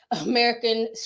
American